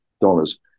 dollars